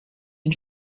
den